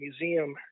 Museum